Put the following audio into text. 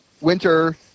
winter